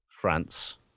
France